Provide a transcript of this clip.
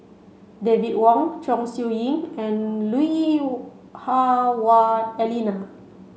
David Wong Chong Siew Ying and Lui Hah Wah Elena